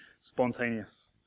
spontaneous